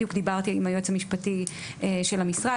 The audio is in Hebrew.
בדיוק דיברתי עם היועץ המשפטי של המשרד.